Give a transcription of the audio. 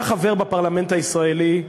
אתה חבר בפרלמנט הישראלי,